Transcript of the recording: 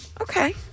Okay